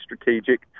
strategic